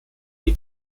die